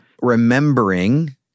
remembering